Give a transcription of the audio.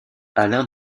alain